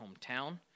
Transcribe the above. hometown